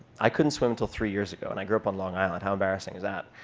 i couldn't swim until three years ago. and i grew up on long island. how embarrassing is that?